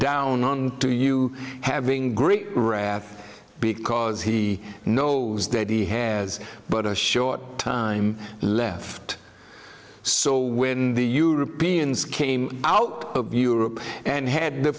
down to you having great wrath because he knows that he has but a short time left so when the europeans came out of europe and had the